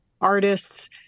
artists